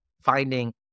finding